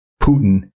Putin